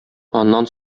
аннан